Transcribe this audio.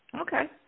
Okay